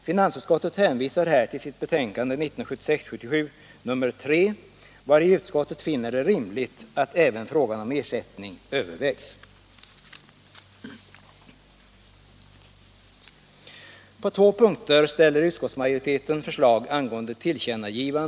Finansutskottet hänvisar här till sitt betänkande 1976/77:3, vari utskottet finner det rimligt att även frågan om ersättning övervägs.